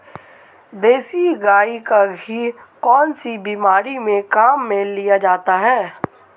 देसी गाय का घी कौनसी बीमारी में काम में लिया जाता है?